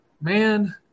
man